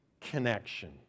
connection